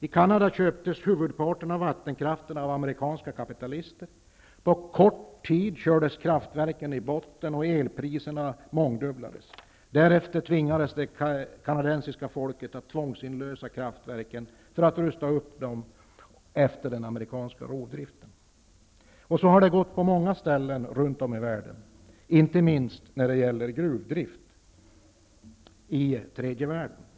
I Canada köptes huvudparten av vattenkraften av amerikanska kapitalister. På kort tid kördes kraftverken i botten och elpriserna mångdubblades. Därefter tvingades det kanadensiska folket att tvångsinlösa kraftverken i och för upprustning efter den amerikanska rovdriften. Så har det blivit på många ställen runt om i världen, inte minst när det gäller gruvdrift i tredje världen.